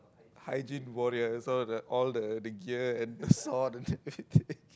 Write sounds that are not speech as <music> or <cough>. hygiene warriors all the all the the gear and saw <laughs>